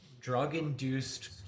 drug-induced